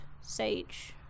SAGE